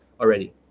already